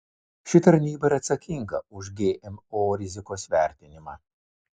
ši tarnyba yra atsakinga už gmo rizikos vertinimą